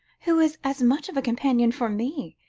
who is as much of a companion for me,